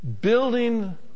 building